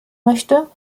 möchte